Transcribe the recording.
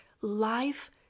life